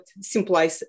simply